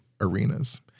arenas